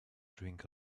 drink